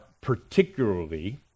particularly